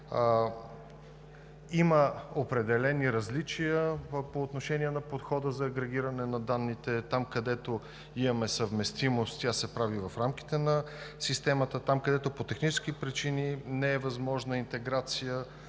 Има определени различия по отношение на подхода за агрегиране на данните и там, където имаме съвместимост, тя се прави в рамките на системата, а там, където по технически причини не е възможна интеграция